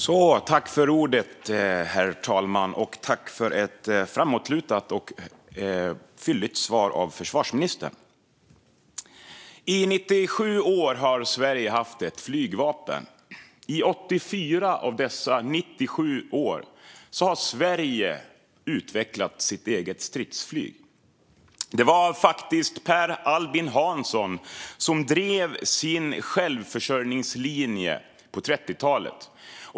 Herr talman! Tack, försvarsministern, för ett framåtlutat och fylligt svar! I 97 år har Sverige haft ett flygvapen. I 84 av dessa 97 år har Sverige utvecklat sitt eget stridsflyg. Det var faktiskt Per Albin Hansson som drev självförsörjningslinjen på 30-talet.